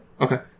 Okay